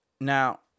Now